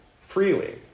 freely